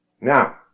Now